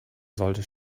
sollte